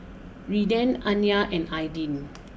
Redden Anya and Aydin